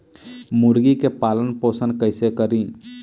मुर्गी के पालन पोषण कैसे करी?